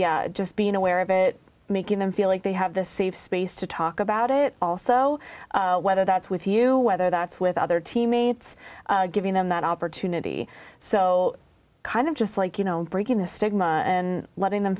yeah just being aware of it making them feel like they have the safe space to talk about it also whether that's with you whether that's with other teammates giving them that opportunity so kind of just like you know breaking the stigma and letting them